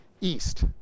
east